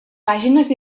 pàgines